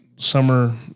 summer